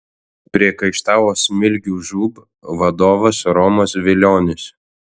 priekaištavo smilgių žūb vadovas romas vilionis